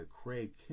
Craig